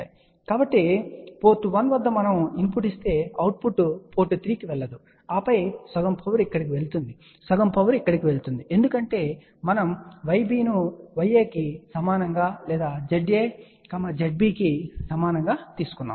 కాబట్టి పోర్ట్ 1 వద్ద మనము ఇన్పుట్ ఇస్తే అవుట్పుట్ పోర్ట్ 3 కి వెళ్ళదు ఆపై సగం పవర్ ఇక్కడకు వెళుతుంది సగం పవర్ ఇక్కడకు వెళుతుంది ఎందుకంటే మనము Yb ను Ya కి సమానంగా లేదా Za Zb కి సమానమని తీసుకున్నాము